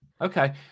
Okay